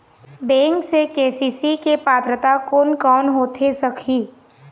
Bank से KCC के पात्रता कोन कौन होथे सकही?